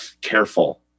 careful